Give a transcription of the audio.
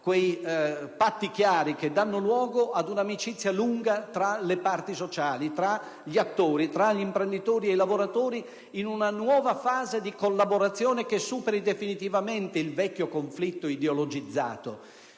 quei patti chiari che danno luogo ad un'amicizia lunga tra le parti sociali, tra gli imprenditori e i lavoratori in una nuova fase di collaborazione che superi definitivamente il vecchio conflitto ideologizzato.